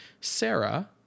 Sarah